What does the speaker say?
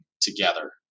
together